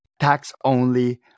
tax-only